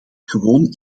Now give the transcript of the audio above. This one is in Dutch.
gewoon